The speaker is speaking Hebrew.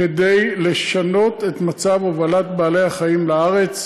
כדי לשנות את מצב הובלת בעלי-החיים לארץ,